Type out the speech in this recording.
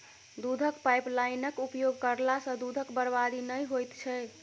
दूधक पाइपलाइनक उपयोग करला सॅ दूधक बर्बादी नै होइत छै